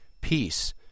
peace